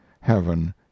heaven